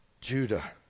Judah